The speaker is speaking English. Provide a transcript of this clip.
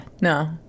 No